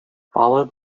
followed